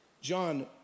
John